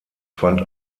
fand